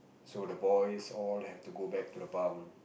so the boys all have to go back to the bunk